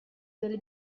delle